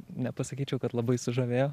nepasakyčiau kad labai sužavėjo